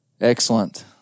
Excellent